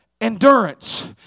endurance